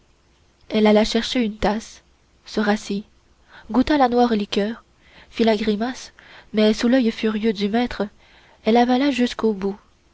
elle alla chercher une tasse se rassit goûta la noire liqueur fit la grimace mais sous l'oeil furieux du maître avala jusqu'au bout